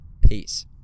Peace